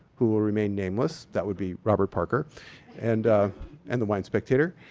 who will remain nameless, that would be robert parker and and the wine spectator.